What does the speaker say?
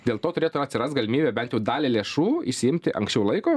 dėl to turėtų atsirast galimybė bent jau dalį lėšų išsiimti anksčiau laiko